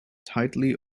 tightly